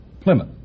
Plymouth